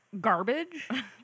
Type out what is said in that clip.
Garbage